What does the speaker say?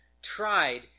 tried